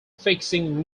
fixing